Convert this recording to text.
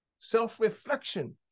self-reflection